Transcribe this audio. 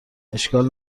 اشکال